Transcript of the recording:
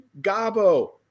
Gabo